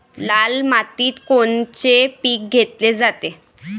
लाल मातीत कोनचं पीक घेतलं जाते?